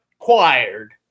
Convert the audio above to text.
acquired